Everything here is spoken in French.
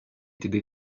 étaient